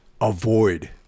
avoid